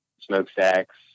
smokestacks